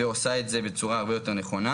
ועושה את זה בצורה הרבה יותר נכונה.